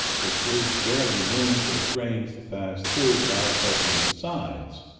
which leaves barely room for the trains to pass through without touching the sides.